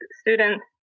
students